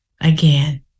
Again